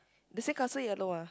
the sandcastle yellow ah